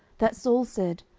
that saul said,